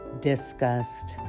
discussed